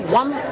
one